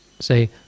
say